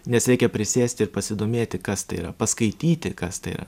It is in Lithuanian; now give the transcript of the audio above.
nes reikia prisėsti ir pasidomėti kas tai yra paskaityti kas tai yra